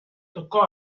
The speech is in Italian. toccò